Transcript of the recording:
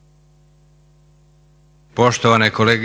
Poštovane kolegice